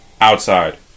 outside